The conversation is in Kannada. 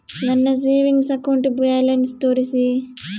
ನನ್ನ ಸೇವಿಂಗ್ಸ್ ಅಕೌಂಟ್ ಬ್ಯಾಲೆನ್ಸ್ ತೋರಿಸಿ?